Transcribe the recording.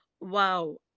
wow